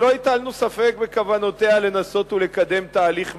שלא הטלנו ספק בכוונותיה לנסות לקדם תהליך מדיני,